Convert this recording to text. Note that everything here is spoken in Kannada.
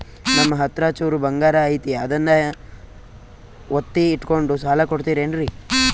ನಮ್ಮಹತ್ರ ಚೂರು ಬಂಗಾರ ಐತಿ ಅದನ್ನ ಒತ್ತಿ ಇಟ್ಕೊಂಡು ಸಾಲ ಕೊಡ್ತಿರೇನ್ರಿ?